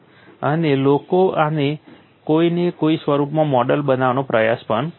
અને લોકોએ આને કોઇને કોઇ સ્વરૂપમાં મોડલ બનાવવાનો પ્રયાસ પણ કર્યો છે